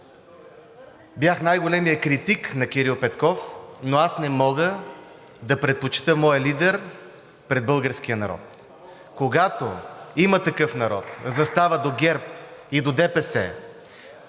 Бях най-големият критик на Кирил Петков, но аз не мога да предпочета моя лидер пред българския народ! Когато „Има такъв народ“ застава до ГЕРБ и до ДПС